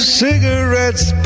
cigarettes